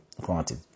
granted